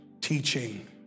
teaching